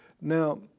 Now